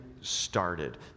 started